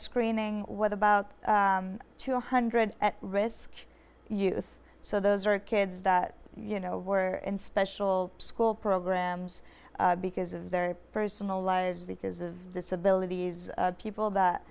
screening what about two hundred at risk youth so those are kids that you know were in special school programs because of their personal lives because of disabilities people that